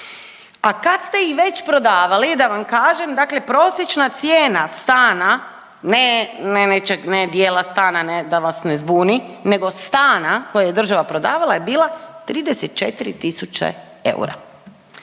A kad ste ih već prodavali, da vam kažem, dakle prosječna cijena stana, ne nečeg, ne dijela stana, ne, da vas ne zbuni, nego stana koje je država prodavala je bila 34 tisuće eura.